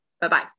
Bye-bye